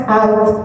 out